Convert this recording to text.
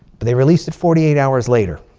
but they released it forty eight hours later.